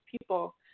people